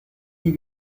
you